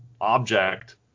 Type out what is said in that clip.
object